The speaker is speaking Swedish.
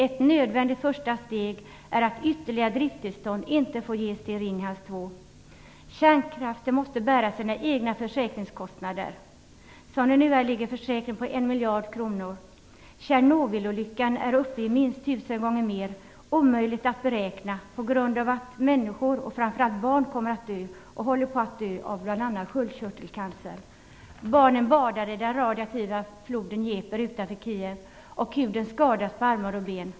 Ett nödvändigt första steg är att ytterligare drifttillstånd inte får ges till Ringhals 2. Kärnkraften måste bära sina egna försäkringskostnader. Som det nu är ligger försäkringen på 1 miljard kronor. Kostnaderna för Tjernobylolyckan är uppe i minst tusen gånger mer. De är omöjliga att beräkna på grund av att människor och framför allt barn kommer att dö och håller på att dö av bl.a. sköldkörtelcancer. Barnen badar i den radioaktiva floden Djnepr utanför Kiev, och huden skadas på armar och ben.